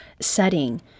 setting